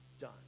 done